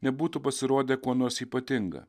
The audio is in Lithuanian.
nebūtų pasirodę kuo nors ypatinga